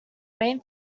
main